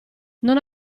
non